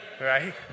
Right